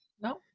No